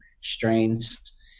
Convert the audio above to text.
strains